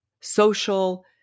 social